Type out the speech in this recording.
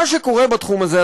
את מה שקורה בתחום הזה,